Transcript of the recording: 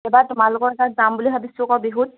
এইবাৰ তোমালোকৰ তাত যাম বুলি ভাবিছোঁ আকৌ বিহুত